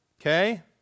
okay